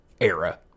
era